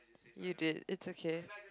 you did it's okay